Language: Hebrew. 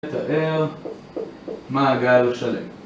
תאר, מעגל שלם